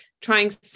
trying